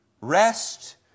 rest